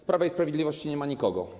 Z Prawa i Sprawiedliwości nie ma nikogo.